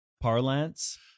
parlance